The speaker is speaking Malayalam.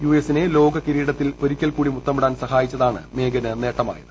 യുഎസിനെ ലോക കിരീടത്തിൽ ഒരിക്കൽക്കൂടി മുത്തമിടാൻ സഹായിച്ചതാണ് മേഗനു നേട്ടമായത്